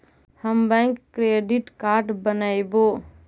हम bank credit card बनैवो?